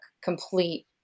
complete